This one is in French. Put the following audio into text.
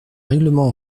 règlement